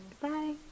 Goodbye